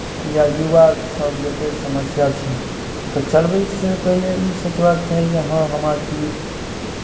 या युवासभ जतेक समस्या छै तऽ चलबयसँ पहिले ई सोचबाक चाही जे हँ हमरा की